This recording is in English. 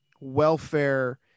welfare